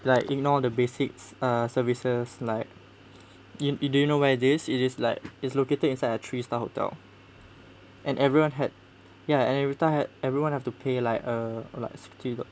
like ignore the basics uh services like do do you know where it is it is like it's located inside a three star hotel and everyone had ya and everyone had everyone have to pay like a like sixty